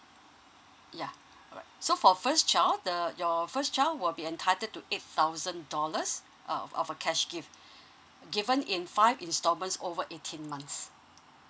yeah alright so for first child the your first child will be entitled to eight thousand dollars uh of a cash gift given in five installments over eighteen months